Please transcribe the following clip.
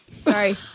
sorry